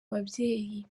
babyeyi